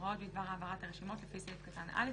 הוראות בדבר העברת הרשימות לפי סעיף קטן (א)